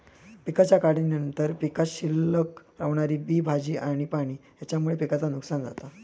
पिकाच्या काढणीनंतर पीकात शिल्लक रवणारा बी, भाजी आणि पाणी हेच्यामुळे पिकाचा नुकसान जाता